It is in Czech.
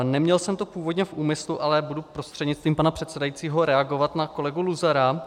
Neměl jsem to původně v úmyslu, ale budu prostřednictvím pana předsedajícího reagovat na kolegu Luzara.